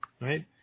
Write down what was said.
Right